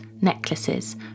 necklaces